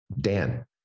Dan